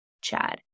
Chad